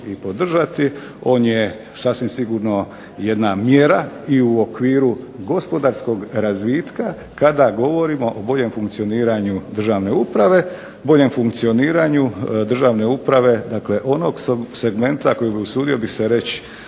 i podržati. On je sasvim sigurno jedna mjera i u okviru gospodarskog razvitka kada govorimo o boljem funkcioniranju državne uprave, boljem funkcioniranju državne uprave onog segmenta kojeg usudio bih se reći